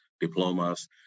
diplomas